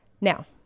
Now